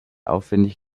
aufwändig